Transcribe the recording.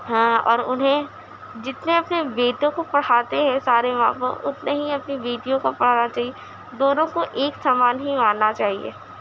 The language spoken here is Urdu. ہاں اور انہیں جتنے اپنے بیٹوں کو پڑھاتے ہیں سارے ماں باپ اتنے ہی اپنی بیٹیوں کا پڑھانا چاہیے دونوں کو ایک سمان ہی ماننا چاہیے